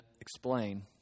explain